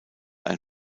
ein